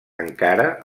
encara